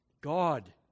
God